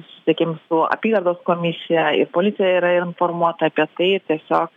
susisiekėm su apygardos komisija ir policija yra informuota apie tai tiesiog